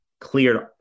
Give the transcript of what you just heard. cleared